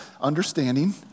understanding